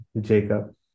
Jacob